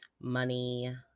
Money